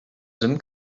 sim